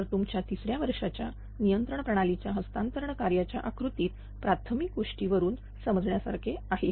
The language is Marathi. तर तुमच्या तिसऱ्या वर्षाचा नियंत्रण प्रणालीच्या हस्तांतरण कार्याच्या आकृतीच्या प्राथमिक गोष्टी वरून समजण्यासारखे आहे